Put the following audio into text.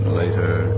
later